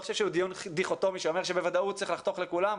חושב שהוא דיון דיכוטומי שאומר שבוודאות צריך לחתוך לכולם,